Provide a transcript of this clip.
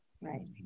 Right